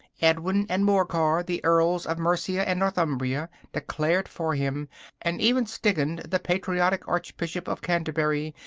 edwin and morcar, the earls of mercia and northumbria, declared for him and even stigand, the patriotic archbishop of canterbury,